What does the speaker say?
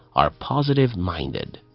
are positive minded.